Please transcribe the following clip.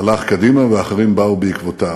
הלך קדימה ואחרים באו בעקבותיו.